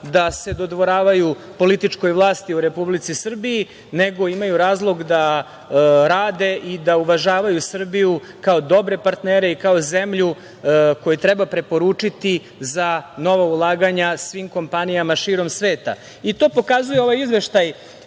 da se dodvoravaju političkoj vlasti u Republici Srbiji, nego imaju razlog da rade i da uvažavaju Srbiju kao dobre partnere i kao zemlju koju treba preporučiti za nova ulaganja svim kompanijama širom sveta. To pokazuje ovaj izveštaj